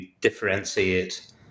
differentiate